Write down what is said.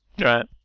Right